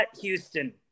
Houston –